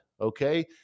okay